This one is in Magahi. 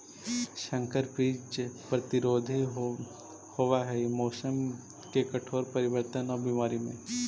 संकर बीज प्रतिरोधी होव हई मौसम के कठोर परिवर्तन और बीमारी में